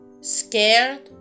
scared